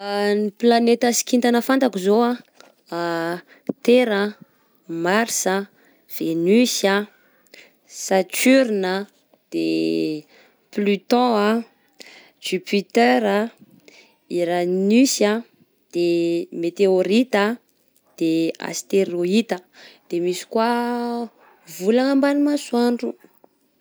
Ny planeta sy kintana fantako zao: terra, marsa, venus a, saturne a, de pluton a, juputera, uranus a, de meteorita, de asteroida, de misy koa volagna, mbany masoandro.